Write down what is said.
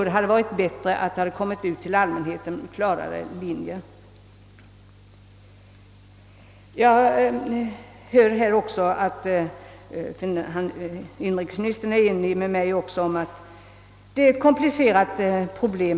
Det hade varit bättre om allmänheten fått klarare besked tidigare.